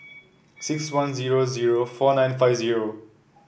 six one zero zero four nine five zero